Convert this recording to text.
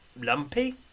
lumpy